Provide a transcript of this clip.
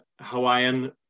Hawaiian